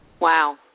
Wow